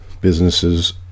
businesses